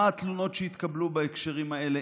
ומה התלונות שהתקבלו בהקשרים האלה,